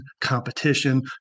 competition